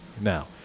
now